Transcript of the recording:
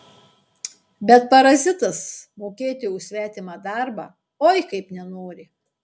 bet parazitas mokėti už svetimą darbą oi kaip nenori